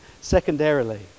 secondarily